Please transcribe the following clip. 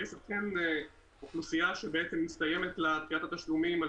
יש אכן אוכלוסייה שמסתיימת לה דחיית התשלומים על